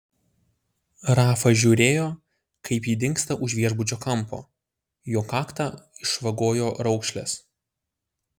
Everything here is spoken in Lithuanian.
rafa žiūrėjo kaip ji dingsta už viešbučio kampo jo kaktą išvagojo raukšlės